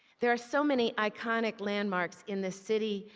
there are so many iconic landmarks in the city,